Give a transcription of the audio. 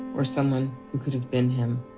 or someone who could have been him.